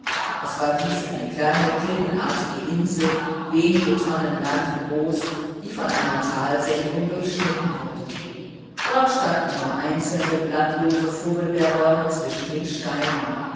es war dies eine kleine klippenartige insel wenige tonnen land groß die von einer talsenkung durchschnitten wurde dort standen nur einzelne blattlose vogelbeerbäume zwischen den steinen